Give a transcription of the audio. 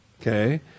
okay